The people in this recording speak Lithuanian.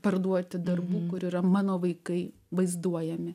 parduoti darbų kur yra mano vaikai vaizduojami